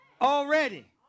already